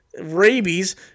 rabies